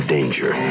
Danger